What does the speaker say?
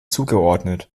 zugeordnet